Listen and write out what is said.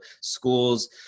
schools